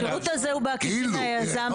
השירות הזה ניתן בעקיפין ליזם.